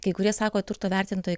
kai kurie sako turto vertintojai